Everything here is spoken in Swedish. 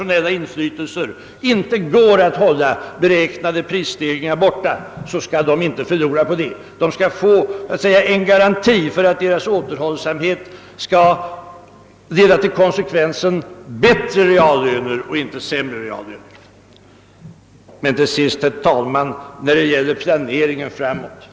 En garanti för att deras återhållsamhet leder till bättre reallöner och inte till sämre. Det kan ju inträffa oväntade prisstegringar t.ex. på grund av den internationella utvecklingen. Till sist, herr talman, några ord om planeringen framåt.